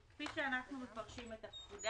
כפי שאנחנו מפרשים את הפקודה,